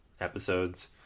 episodes